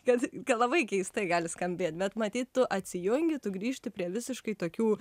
kad labai keistai gali skambėt bet matyt tu atsijungi tu grįžti prie visiškai tokių